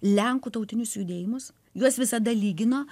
lenkų tautinius judėjimus juos visada lygino